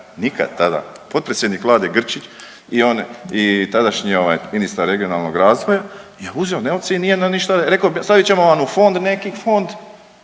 nikad tada potpredsjednik Vlade Grčić i tadašnji ministar regionalnog razvoja je uzeo novce i nije na ništa, rekao stavit ćemo vam u fond neki, fond,